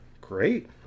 Great